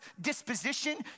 disposition